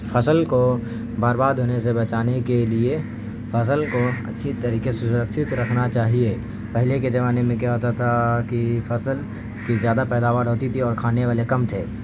فصل کو برباد ہونے سے بچانے کے لیے فصل کو اچھی طریقے سے سرکچھت رکھنا چاہیے پہلے کے زمانے میں کیا ہوتا تھا کہ فصل کی زیادہ پیداوار ہوتی تھی اور کھانے والے کم تھے